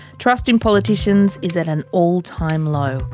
trust in politicians is at an all-time low,